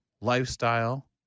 lifestyle